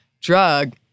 Drug